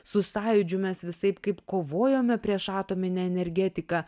su sąjūdžiu mes visaip kaip kovojome prieš atominę energetiką